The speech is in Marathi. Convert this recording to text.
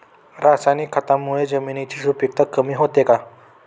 रासायनिक खतांमुळे जमिनीची सुपिकता कमी होते का?